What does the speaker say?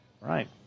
Right